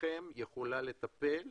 שלכם יכולה לטפל בזה,